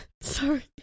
Sorry